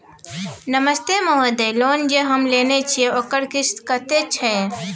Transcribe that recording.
नमस्ते महोदय, लोन जे हम लेने छिये ओकर किस्त कत्ते छै?